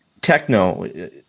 Techno